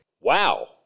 Wow